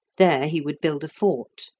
there he would build a fort.